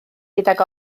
gydag